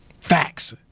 Facts